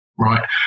right